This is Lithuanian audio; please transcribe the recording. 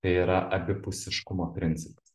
tai yra abipusiškumo principas